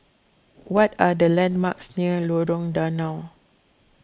what are the landmarks near Lorong Danau